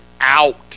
out